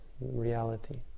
reality